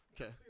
Okay